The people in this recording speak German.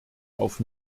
auf